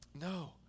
No